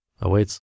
awaits